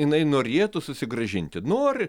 jinai norėtų susigrąžinti nori